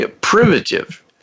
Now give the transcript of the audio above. primitive